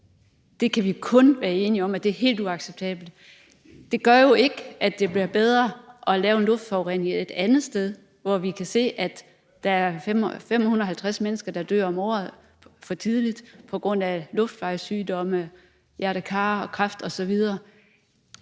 kan vi kun være enige om er helt uacceptabelt. Men det gør jo ikke, at det bliver bedre at lave en luftforurening et andet sted, hvor vi kan se, at der er 550 mennesker om året, der dør for tidligt på grund af luftvejssygdomme, hjerte-kar-sygdomme, kræft osv.